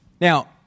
Now